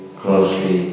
closely